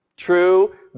True